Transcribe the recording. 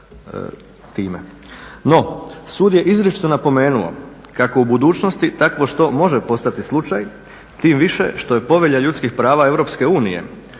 No, sud je izričito napomenuo kako u budućnosti takvo što može postati slučaj tim više što je Povelja ljudskih prava